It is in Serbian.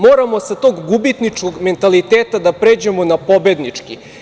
Moramo sa tog gubitničkog mentaliteta da pređemo na pobednički.